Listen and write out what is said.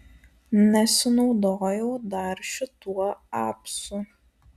nesinaudojau dar šituo apsu